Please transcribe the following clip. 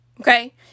okay